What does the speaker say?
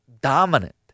dominant